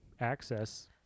access